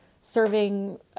serving